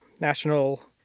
National